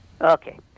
Okay